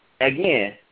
again